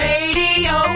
Radio